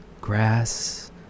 grass